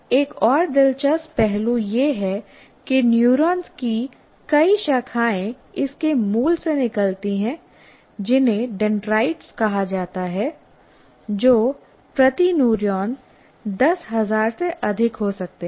एक और दिलचस्प पहलू यह है कि न्यूरॉन्स की कई शाखाएं इसके मूल से निकलती हैं जिन्हें डेंड्राइट कहा जाता है जो प्रति न्यूरॉन 10000 से अधिक हो सकते हैं